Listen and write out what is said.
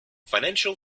financial